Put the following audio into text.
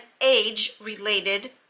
age-related